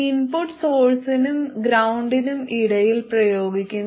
input സോഴ്സിനും ഗ്രൌണ്ടിനും ഇടയിൽ പ്രയോഗിക്കുന്നു